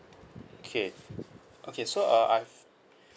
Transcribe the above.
okay okay so uh I've